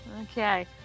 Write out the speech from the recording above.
Okay